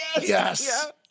Yes